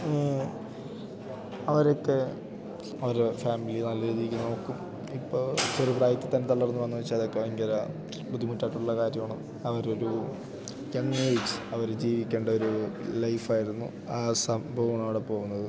അവരൊക്കെ അവര ഫാമിലി നല്ല രീതിക്ക് നോക്കും ഇപ്പം ചെറു പ്രായത്തിൽ തന്നെ തളർന്നു പോകുന്നു വച്ചാൽ അതൊക്കെ ഭയങ്കര ബുദ്ധിമുട്ടായിട്ടുള്ള കാര്യമാണ് അവർ ഒരു യങ് ഏജ് അവർ ജീവിക്കേണ്ട ഒരു ലൈഫ് ആയിരുന്നു ആ സംഭവം ആണ് അവിടെ പോകുന്നത്